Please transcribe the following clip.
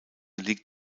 liegt